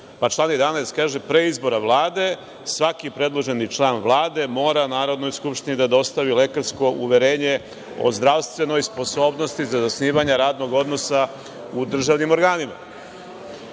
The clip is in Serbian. pa član 11 kaže: “pre izbora Vlade svaki predloženi član Vlade mora Narodnoj skupštini da dostavi lekarsko uverenje o zdravstvenoj sposobnosti za zasnivanje radnog odnosa u državnim organima“.